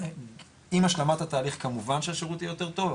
עם השלמת התהליך כמובן שהשירות יהיה יותר טוב,